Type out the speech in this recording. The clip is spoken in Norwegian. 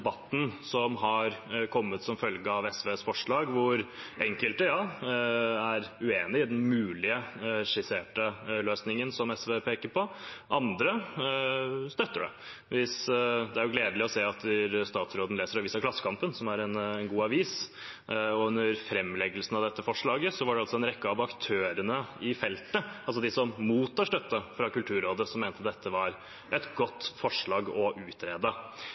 som har kommet som følge av SVs forslag, hvor enkelte er uenig i den mulige skisserte løsningen som SV peker på. Andre støtter det. Det er gledelig å høre at statsråden leser avisen Klassekampen, som er en god avis. Under framleggelsen av dette forslaget mente en rekke av aktørene i feltet, altså de som mottar støtte fra Kulturrådet, at dette var et godt forslag å utrede.